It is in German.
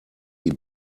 die